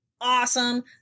awesome